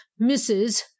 Mrs